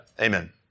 Amen